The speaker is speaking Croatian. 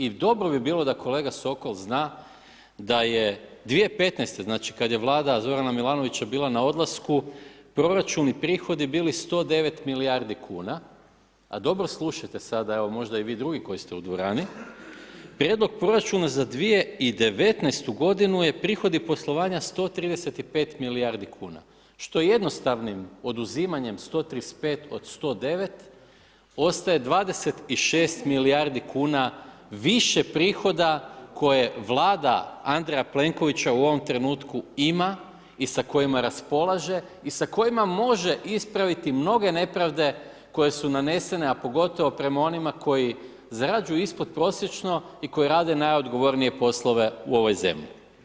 I dobro bi bilo da kolega Sokol zna da je 2015.-te, znači, kada je Vlada Zorana Milanovića bila na odlasku, proračun i prihodi bili 109 milijardi kuna, a dobro slušajte sada, evo možda i vi drugi koji ste u dvorani, prijedlog proračuna za 2019.-tu godinu je prihodi poslovanja 135 milijardi kuna, što jednostavnim oduzimanjem 135 od 109 ostaje 26 milijardi kuna više prihoda koje vlada Andreja Plenkovića u ovom trenutku ima i sa kojima raspolaže i sa kojima može ispraviti mnoge nepravde koje su nanesene, a pogotovo prema onima koji zarađuju ispodprosječno i koji rade najodgovornije poslove u ovoj zemlji.